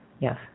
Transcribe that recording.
yes